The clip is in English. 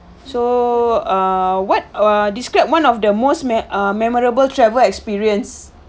so err what err described one of the most me~ ah memorable travel experience